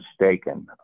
mistaken